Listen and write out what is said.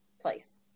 place